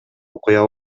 окуя